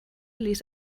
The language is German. ließ